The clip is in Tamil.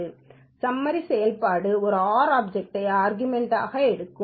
ஸம்மரி செயல்பாடு ஒரு ஆர் ஆப்சக்ட்ஐ ஆர்கமெண்ட் ஆக எடுக்கும்